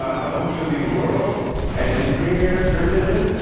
ah known to the world as the premier search engine,